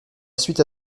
suite